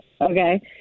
Okay